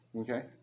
okay